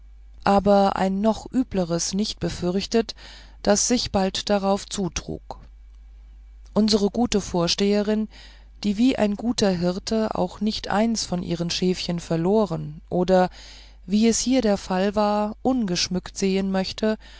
aber ein noch übleres nicht befürchtet das sich bald darauf zutrug unsere gute vorsteherin die wie ein guter hirte auch nicht eins von ihren schäfchen verloren oder wie es hier der fall war ungeschmückt sehen möchte